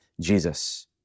Jesus